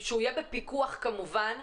שיהיה בפיקוח כמובן,